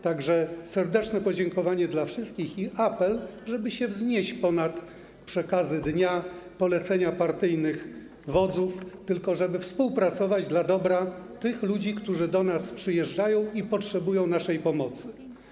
Tak że serdeczne podziękowanie dla wszystkich i apel, żeby się wznieść ponad przekazy dnia, polecenia partyjnych wodzów, tylko żeby współpracować dla dobra tych ludzi, którzy do nas przyjeżdżają i potrzebują naszej pomocy.